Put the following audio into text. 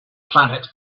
planet